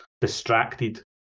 distracted